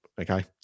Okay